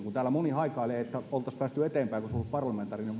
kun täällä moni haikailee että olisimme päässeet eteenpäin jos olisi ollut parlamentaarinen